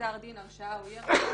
גזר דין, הרשעה או אי הרשעה.